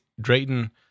Drayton